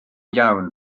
iawn